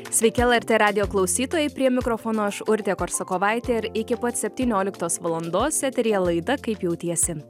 sveiki lrt radijo klausytojai prie mikrofono aš urtė korsakovaitė ir iki pat septynioliktos valandos eteryje laida kaip jautiesi